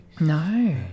No